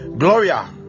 Gloria